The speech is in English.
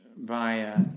via